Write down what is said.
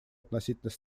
относительно